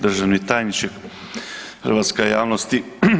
državni tajniče, hrvatska javnosti.